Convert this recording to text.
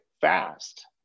fast